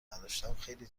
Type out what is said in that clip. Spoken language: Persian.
نداشتم، خیلی